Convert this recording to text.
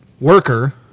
worker